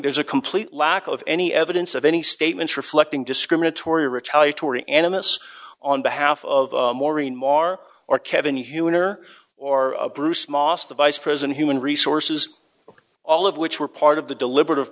there's a complete lack of any evidence of any statements reflecting discriminatory retaliatory animus on behalf of maureen moore or kevin human or or bruce moss the vice president human resources all of which were part of the deliber